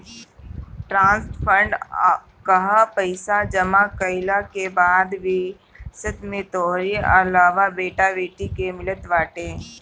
trust fund कअ पईसा जमा कईला के बाद विरासत में तोहरी आवेवाला बेटा बेटी के मिलत बाटे